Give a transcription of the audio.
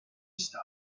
star